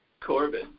Corbin